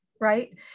right